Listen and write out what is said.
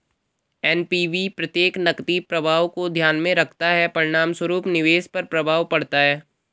NPV प्रत्येक नकदी प्रवाह को ध्यान में रखता है, परिणामस्वरूप निवेश पर प्रभाव पड़ता है